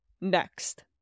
Next